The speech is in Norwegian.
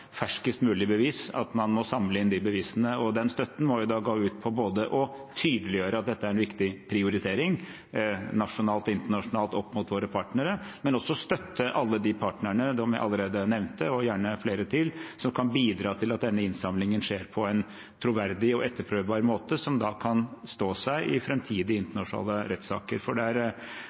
ferskest mulige bevis at man må samle inn de bevisene, og den støtten må gå ut på både å tydeliggjøre at dette er en viktig prioritering, nasjonalt og internasjonalt opp mot våre partnere, og å støtte alle de partnerne som allerede er nevnt, og gjerne flere til, som kan bidra til at denne innsamlingen skjer på en troverdig og etterprøvbar måte, som da kan stå seg i framtidige internasjonale rettssaker. For det